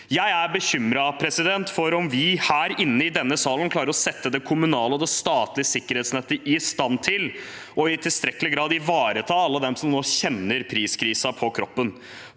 Jeg er bekymret for om vi her i denne salen klarer å sette det kommunale og statlige sikkerhetsnettet i stand til i tilstrekkelig grad å ivareta alle de som nå kjenner priskrisen på kroppen.